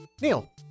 Neil